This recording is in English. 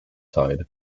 tide